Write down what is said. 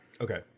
Okay